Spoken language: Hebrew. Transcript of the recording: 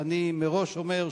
ואני מראש אומר,